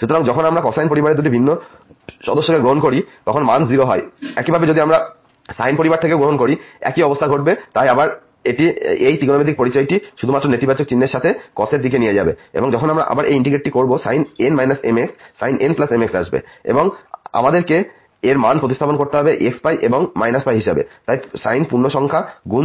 সুতরাং যখন আমরা কোসাইন পরিবারের দুটি ভিন্ন সদস্যকে গ্রহণ করি তখন মান 0 হয় একইভাবে যদি আমরা সাইন পরিবার থেকেও গ্রহণ করি একই অবস্থা ঘটবে তাই আবার এই ত্রিকোণমিতিক পরিচয়টি শুধুমাত্র নেতিবাচক চিহ্নের সাথে cos এর দিকে নিয়ে যাবে এবং যখন আমরা আবার এই ইন্টিগ্রেট করবো sin x sin nm x আসবে এবং যখন আমাদেরকে এর মান প্রতিস্থাপন করতে হবে x এবং π হিসাবে তাই সাইন পূর্ণসংখ্যা গুণ